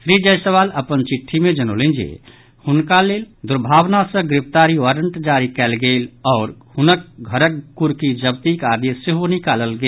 श्री जायसवाल अपन चिट्ठी मे जनौलनि जे हुनका लेल दुर्भावना सॅ गिरफ्तारी वारंट जारी कयल गेल आओर हुनक घरक कुर्की जब्तीक आदेश सेहो निकालल गेल